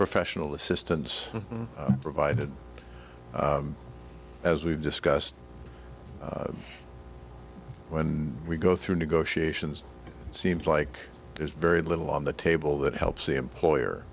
professional assistance provided as we've discussed when we go through negotiations it seems like there's very little on the table that helps the employer